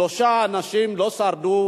שלושה אנשים לא שרדו,